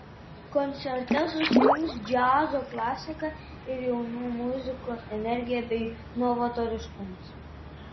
koncerte susijungs džiazo klasika ir jaunų muzikų energija bei novatoriškumas